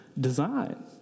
design